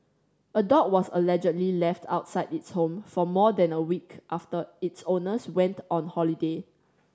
a dog was allegedly left outside its home for more than a week after its owners went on holiday